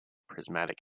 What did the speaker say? prismatic